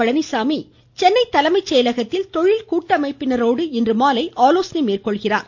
பழனிசாமி சென்னை தலைமை செயலகத்தில் தொழில் கூட்டமைப்பினரோடு இன்று மாலை ஆலோசனை மேற்கொள்கிறார்